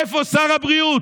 איפה שר הבריאות?